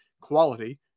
quality